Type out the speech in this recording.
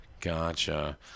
Gotcha